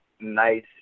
nice